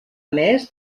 més